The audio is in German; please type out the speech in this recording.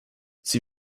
sie